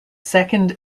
second